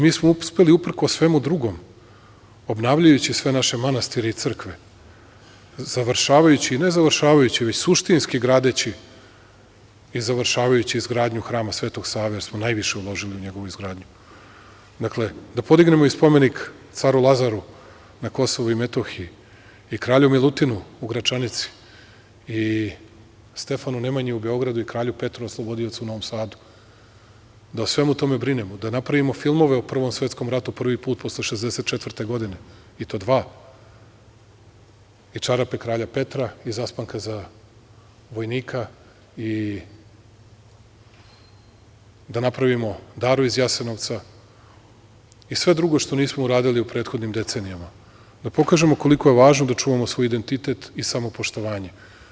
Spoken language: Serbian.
Mi smo uspeli, uprkos svemu drugom, obnavljajući sve naše manastire i crkve, završavajući, ne završavajući, već suštinski gradeći i završavajući izgradnju Hrama Svetog Save, jer smo najviše uložili u njegovu izgradnju, da podignemo i spomenik caru Lazaru na Kosovu i Metohiji i kralju Milutinu u Gračanici i Stefanu Nemanji u Beogradu i kralju Petru oslobodiocu u Novom Sadu, da o svemu tome brinemo, da napravimo filmove o Prvom svetskom ratu, prvi put posle 1964. godine, i to dva – i „Čarape kralja Petra“ i „Zaspanka za vojnika“ i da napravimo „Daru iz Jasenovca“ i sve drugo što nismo uradili u prethodnim decenijama, da pokažemo koliko je važno da čuvamo svoj identitet i samopoštovanje.